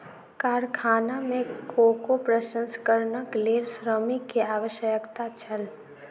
कारखाना में कोको प्रसंस्करणक लेल श्रमिक के आवश्यकता छल